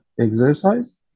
exercise